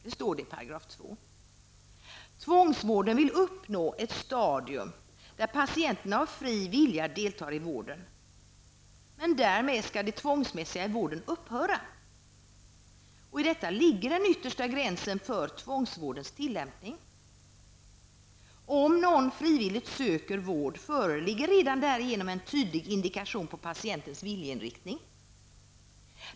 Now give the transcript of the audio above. Det står i paragraf 2. Tvångsvården vill uppnå ett stadium där patienten av fri vilja deltar i vården. Därmed skall det tvångsmässiga i vården upphöra. I detta ligger den yttersta gränsen för tvångsvårdens tillämpning. Om någon frivilligt söker vård föreligger redan därigenom en tydlig indikation på patientens viljeinriktning.